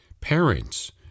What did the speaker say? parents